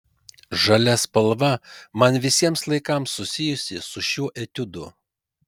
žalia spalva man visiems laikams susijusi su šiuo etiudu